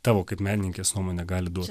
tavo kaip menininkės nuomone gali duot